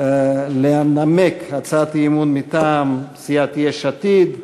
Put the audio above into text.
לנמק הצעת אי-אמון מטעם סיעת יש עתיד: